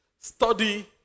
Study